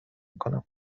کنم